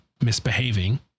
misbehaving